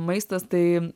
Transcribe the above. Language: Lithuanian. maistas tai